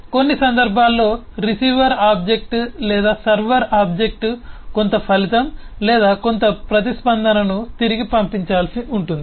ఇప్పుడు కొన్ని సందర్భాల్లో రిసీవర్ ఆబ్జెక్ట్ లేదా సర్వర్ ఆబ్జెక్ట్ కొంత ఫలితం లేదా కొంత ప్రతిస్పందనను తిరిగి పంపించాల్సి ఉంటుంది